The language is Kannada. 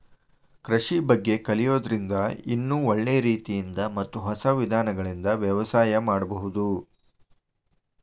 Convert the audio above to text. ಕೃಷಿ ಬಗ್ಗೆ ಕಲಿಯೋದ್ರಿಂದ ಇನ್ನೂ ಒಳ್ಳೆ ರೇತಿಯಿಂದ ಮತ್ತ ಹೊಸ ವಿಧಾನಗಳಿಂದ ವ್ಯವಸಾಯ ಮಾಡ್ಬಹುದು